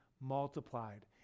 multiplied